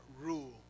rule